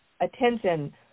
attention